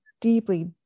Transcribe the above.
deeply